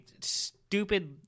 stupid